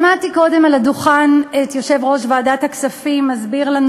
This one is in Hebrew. שמעתי קודם על הדוכן את יושב-ראש ועדת הכספים מסביר לנו